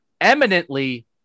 eminently